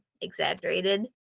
exaggerated